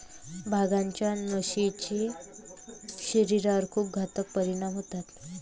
भांगाच्या नशेचे शरीरावर खूप घातक परिणाम होतात